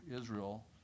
Israel